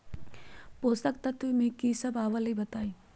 पोषक तत्व म की सब आबलई बताई?